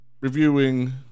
reviewing